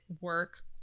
work